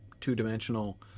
two-dimensional